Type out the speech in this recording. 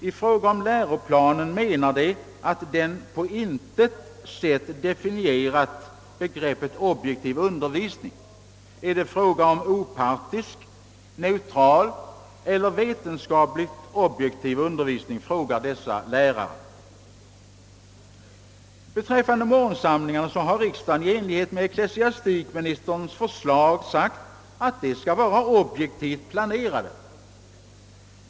I fråga om läroplanen menar de att den »på intet sätt definierat begreppet objektiv undervisning; är det fråga om opartisk, neutral eller vetenskapligt objektiv undervisning?» — frågar dessa lärare. riksdagen i enlighet med ecklesiastikministerns förslag sagt, att de skall vara objektivt planerade.